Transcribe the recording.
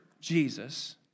Jesus